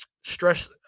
stress